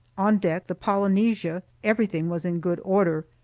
on deck the polynesia everything was in good order,